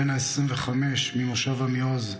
בן 25 ממושב עמיעוז,